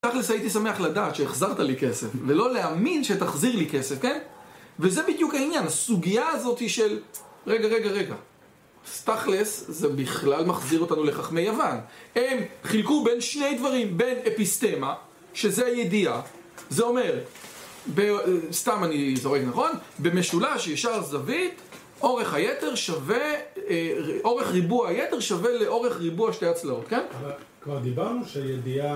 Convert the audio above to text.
תכלס' הייתי שמח לדעת שהחזרת לי כסף ולא להאמין שתחזיר לי כסף, כן? וזה בדיוק העניין הסוגיה הזאת של... רגע רגע רגע, אז תכלס' זה בכלל מחזיר אותנו לחכמי יוון הם חילקו בין שני דברים בין אפיסטמה שזה ידיעה זה אומר סתם אני זורק נכון? במשולש ישר זווית אורך היתר שווה אורך ריבוע היתר שווה לאורך ריבוע שתי הצלעות כן? כרב דיברנו שהידיעה